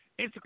instagram